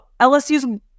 LSU's